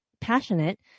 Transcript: passionate